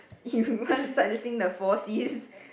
you want to start listing the four Cs